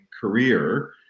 career